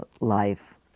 Life